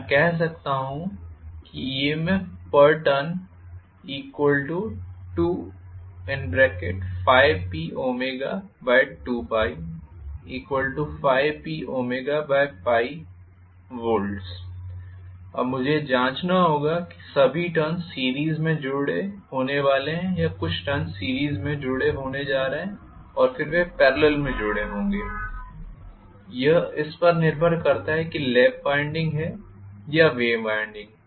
तो मैं कह सकता हूं EMFturn2∅Pω2π∅Pω volts अब मुझे यह जांचना होगा कि सभी टर्न्स सीरीस में जुड़े होने वाले हैं या कुछ टर्न्स सीरीस में जुड़े होने जा रहे हैं और फिर वे पेरलल में होंगे यह इस पर निर्भर करता है कि लैप वाइंडिंग है या वेव वाइंडिंग